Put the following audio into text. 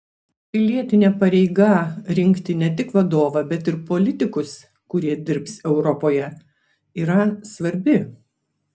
pilietinė pareiga rinkti ne tik vadovą bet ir politikus kurie dirbs europoje yra svarbi